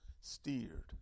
steered